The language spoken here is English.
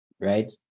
right